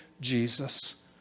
Jesus